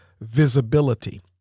visibility